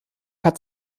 hat